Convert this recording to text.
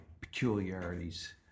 peculiarities